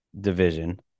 division